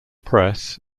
press